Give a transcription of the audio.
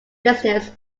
business